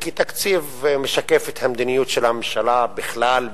כי תקציב משקף את המדיניות של הממשלה בכלל,